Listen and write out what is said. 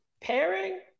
pairing